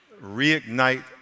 Reignite